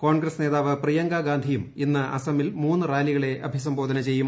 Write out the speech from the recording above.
കോൺഗ്രസ് നേതാവ് പ്രീയ്കാ ഗാന്ധിയും ഇന്ന് അസമിൽ മൂന്ന് റാലികളെ അഭിസംബോർന്ന് ചെയ്യും